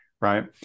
right